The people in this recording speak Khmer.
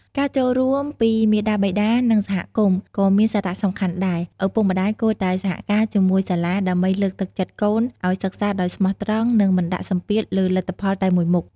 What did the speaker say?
ការចូលរួមពីមាតាបិតា និងសហគមន៍ ក៏មានសារៈសំខាន់ដែរ ឪពុកម្ដាយគួរតែសហការជាមួយសាលា ដើម្បីលើកទឹកចិត្តកូនឱ្យសិក្សាដោយស្មោះត្រង់ និងមិនដាក់សម្ពាធលើលទ្ធផលតែមួយមុខ។